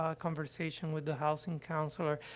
ah conversation with the housing counselor. ah,